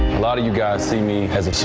a lot of you guys see me as it is.